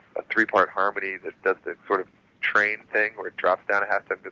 a three-part harmony that does the sort of train thing where it drops down a half but